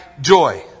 joy